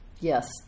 yes